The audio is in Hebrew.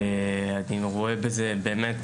ואני רואה בזה באמת,